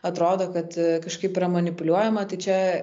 atrodo kad kažkaip yra manipuliuojama tai čia